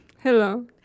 Hello